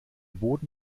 boden